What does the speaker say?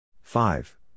Five